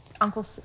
Uncle